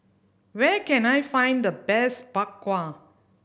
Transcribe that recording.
where can I find the best Bak Kwa